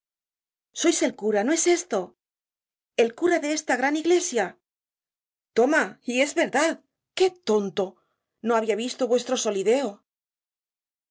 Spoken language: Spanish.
el cura no es esto el cura de esta gran iglesia toma y es verdad qué tonto no habia visto vuestro solideo